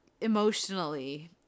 emotionally